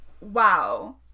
wow